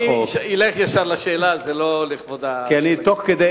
מכיוון שאני יושב פה הרבה שעות ואני יודע כמה אתה נמצא במליאה.